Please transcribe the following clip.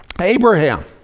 Abraham